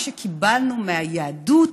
מה שקיבלנו מהיהדות,